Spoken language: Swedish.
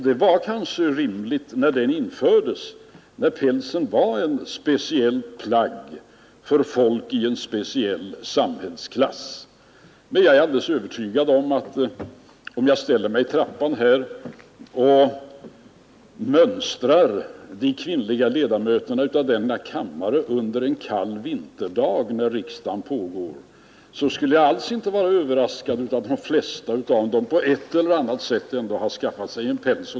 Den kanske var rimlig när den infördes, då pälsen var ett speciellt plagg för människor i en speciell samhällsklass. Men om jag en kall vinterdag ställde mig i trappan vid stora ingången till riksdagshuset och mönstrade de kvinnliga ledamöterna av denna kammare, skulle jag inte alls bli för överraskad ifall det visade sig att de flesta av dem på ett eller annat hade skaffat sig en päls.